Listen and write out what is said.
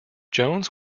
jones